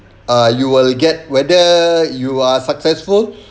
err you will get whether you are successful